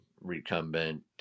recumbent